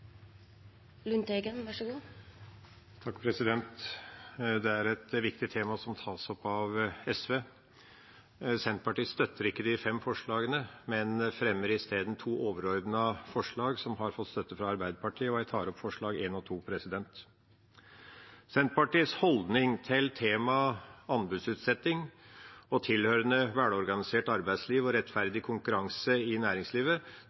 et viktig tema som tas opp av SV. Senterpartiet støtter ikke de fem forslagene, men fremmer isteden to overordnede forslag sammen med Arbeiderpartiet. Jeg tar opp forslagene nr. 1 og 2. Senterpartiets holdning til temaet anbudsutsetting og tilhørende velorganisert arbeidsliv og rettferdig konkurranse i næringslivet